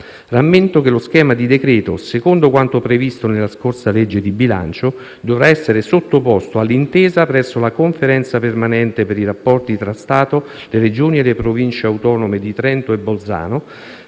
rammento che lo schema di decreto, secondo quanto previsto nella scorsa legge di bilancio, dovrà essere sottoposto all'intesa presso la Conferenza permanente per i rapporti tra Stato, le Regioni e le Province autonome di Trento e Bolzano,